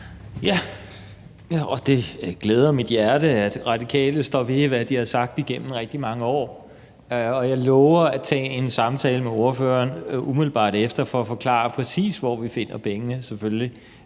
(V): Det glæder mit hjerte, at Radikale står ved, hvad de har sagt igennem rigtig mange år, og jeg lover at tage en samtale med ordføreren umiddelbart herefter for at forklare, præcis hvor vi finder pengene, selvfølgelig.